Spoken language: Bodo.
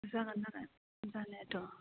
जागोन जागोन जानायाथ'